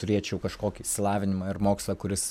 turėčiau kažkokį išsilavinimą ir mokslą kuris